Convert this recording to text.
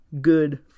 good